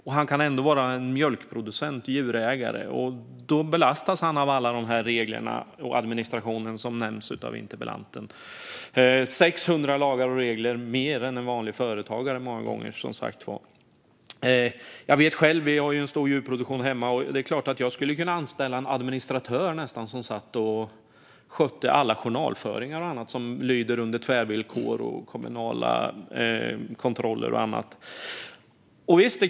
Ändå kan han vara djurägare och mjölkproducent och belastas då av alla de här reglerna och den administration som nämns av interpellanten. Många gånger är det som sagt 600 fler lagar och regler än för en vanlig företagare. Vi har en stor djurproduktion där hemma. Det är klart att jag skulle kunna anställa en administratör som skötte alla journalföringar och annat som lyder under tvärvillkor, kommunala kontroller och annat.